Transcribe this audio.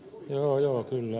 joo joo kyllä